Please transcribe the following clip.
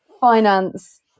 finance